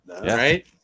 Right